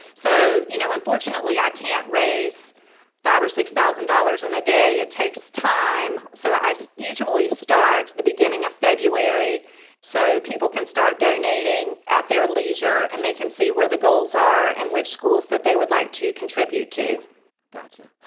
so, you know, unfortunately i can't raise five thousand dollars or six thousand dollars in a day. it takes time. so i so usually start the beginning of february so people can start donating at their leisure, and they can see where the goals are and which schools that they would like to contribute to gotcha.